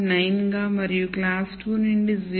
9 గా మరియు క్లాస్ 2 నుండి 0